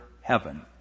heaven